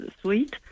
sweet